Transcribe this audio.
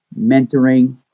mentoring